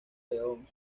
león